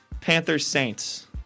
Panthers-Saints